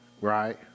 right